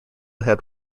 had